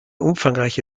umfangreiche